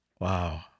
Wow